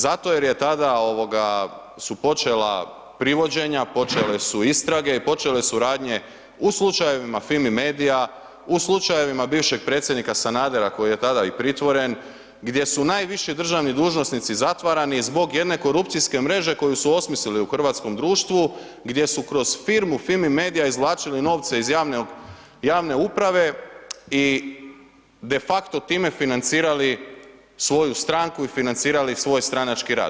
Zato jer tada su počela privođenja, počele su istrage i počele su radnje u slučajevima Fimi media, u slučajevima bivšeg predsjednika Sanadera koji je tada i pritvore, gdje su najviši državni dužnosnici zatvarani zbog jedne korupcijske mreže koju su osmislili u hrvatskom društvu, gdje su kroz firmu Fimi media izvlačili novce iz javne uprave i de facto time financirali svoju stranku i financirali svoj stranački rad.